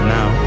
Now